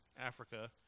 Africa